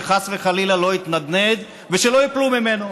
שחס וחלילה לא יתנדנד ושלא ייפלו ממנו.